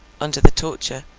under the torture,